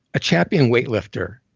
a champion weightlifter.